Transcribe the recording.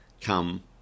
come